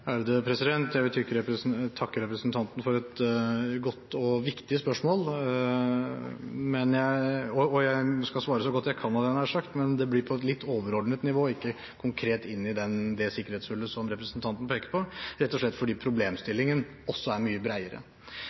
Jeg vil takke representanten for et godt og viktig spørsmål, og jeg skal svare så godt jeg kan, hadde jeg nær sagt, men det blir på et litt overordnet nivå, ikke konkret inn i det sikkerhetshullet som representanten peker på, rett og slett fordi problemstillingen også er mye